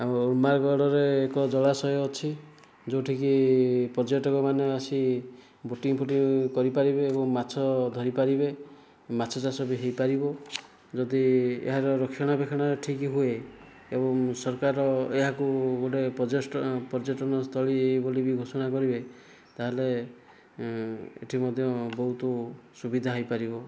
ଉର୍ମାଗଡ଼ରେ ଏକ ଜଳାଶୟ ଅଛି ଯେଉଁଠିକି ପର୍ଯ୍ୟଟକ ମାନେ ଆସି ବୋଟିଂ ଫୋଟିଙ୍ଗ କରିପାରିବେ ଏବଂ ମାଛ ଧରି ପାରିବେ ମାଛ ଚାଷ ବି ହୋଇ ପାରିବ ଯଦି ଏହାର ରକ୍ଷଣା ବେକ୍ଷଣା ଠିକ ହୁଏ ଏବଂ ସରକାର ଏହାକୁ ଗୋଟିଏ ପର୍ଯ୍ୟଟନସ୍ଥଳୀ ଭାବରେ ଘୋଷଣା କରିବେ ତା'ହେଲେ ଏଠି ମଧ୍ୟ ବହୁତ ସୁବିଧା ହୋଇପାରିବ